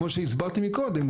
כמו שהסברתי מקודם,